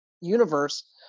universe